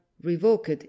revoked